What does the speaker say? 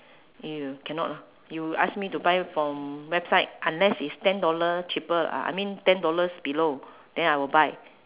eh cannot ah you ask me to buy from website unless it's ten dollars cheaper uh I mean ten dollars below then I will buy